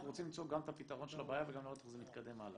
אנחנו רוצים למצוא גם את הפתרון של הבעיה וגם לראות איך זה מתקדם הלאה.